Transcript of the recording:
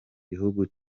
gihugu